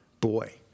boy